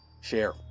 share